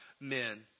men